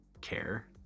care